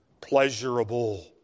pleasurable